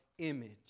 Image